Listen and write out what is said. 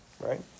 right